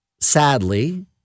Sadly